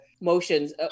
motions